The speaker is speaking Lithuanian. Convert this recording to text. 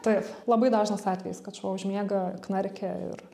taip labai dažnas atvejis kad šuo užmiega knarkia ir